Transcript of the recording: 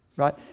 right